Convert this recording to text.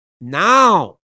now